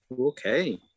okay